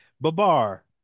Babar